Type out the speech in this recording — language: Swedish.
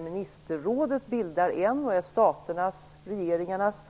Ministerrådet bildar då en kammare och är staternas/regeringarnas